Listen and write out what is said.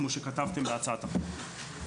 כמו שכתבתם בהצעת החוק?